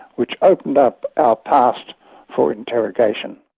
which opened up our past for interrogation.